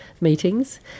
meetings